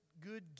good